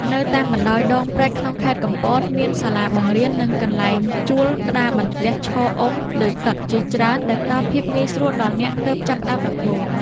នៅតាមបណ្ដោយដងព្រែកក្នុងខេត្តកំពត មានសាលាបង្រៀន និងកន្លែងជួលក្តារបន្ទះឈរអុំលើទឹកជាច្រើនដែលផ្ដល់ភាពងាយស្រួលដល់អ្នកទើបចាប់ផ្ដើមដំបូង។